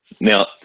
now